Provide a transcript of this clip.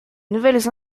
nouvelles